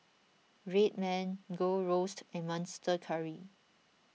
Red Man Gold Roast and Monster Curry